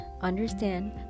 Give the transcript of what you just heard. Understand